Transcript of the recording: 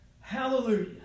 Hallelujah